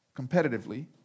competitively